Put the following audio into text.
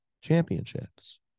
championships